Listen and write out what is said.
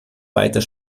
weiter